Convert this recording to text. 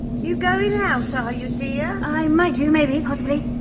you going out are you, dear? i might do. maybe. possibly.